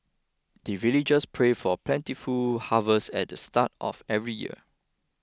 the villagers pray for plentiful harvest at the start of every year